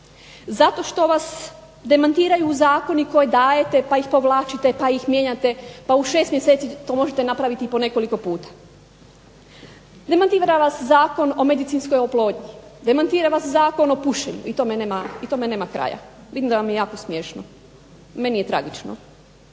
zato što vas demantiraju zakoni koje dajete pa ih povlačite pa ih mijenjate, pa u 6 mjeseci to možete napraviti i po nekoliko puta. Demantira vas Zakon o medicinskoj oplodnji, demantira vas Zakon o pušenju i tome nema kraja. Vidim da vam je jako smiješno. Meni je tragično.